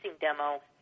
demo